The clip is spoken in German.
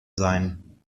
sein